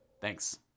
Thanks